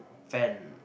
Van